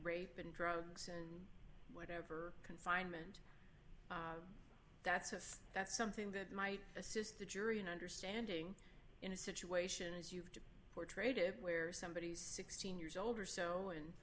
rape and drugs and confinement that's if that's something that might assist the jury an understanding in a situation as you've portrayed it where somebody is sixteen years old or so and